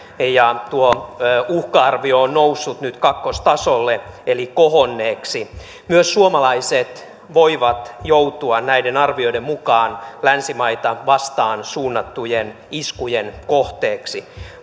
ja tuo uhka arvio on noussut nyt kakkostasolle eli kohonneeksi myös suomalaiset voivat joutua näiden arvioiden mukaan länsimaita vastaan suunnattujen iskujen kohteeksi